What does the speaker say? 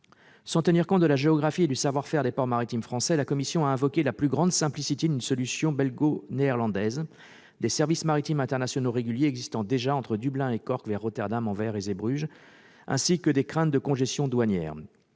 Sans tenir compte de la géographie et du savoir-faire des ports maritimes français, la Commission a invoqué la plus grande simplicité d'une solution belgo-néerlandaise, des services maritimes internationaux réguliers existant déjà entre Dublin et Cork vers Rotterdam, Anvers et Zeebrugge, ainsi que des craintes de congestion douanière.